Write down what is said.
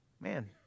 man